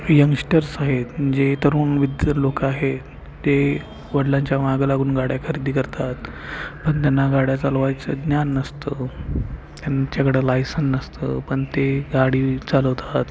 youngsters आहेत जे तरुण विद्य लोकं आहेत ते वडिलांच्या मागं लागून गाड्या खरेदी करतात पण त्यांना गाड्या चालवायचं ज्ञान नसतं त्यांच्याकडं लायसन नसतं पण ते गाडी चालवतात